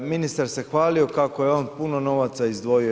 Ministar se hvalio kako je on puno novaca izdvojio.